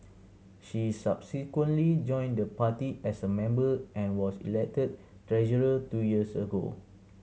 she subsequently joined the party as a member and was elected treasurer two years ago